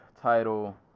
title